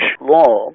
law